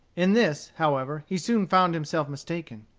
in this, however, he soon found himself mistaken.